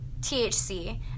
THC